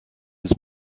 his